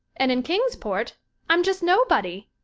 and in kingsport i'm just nobody!